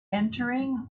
entering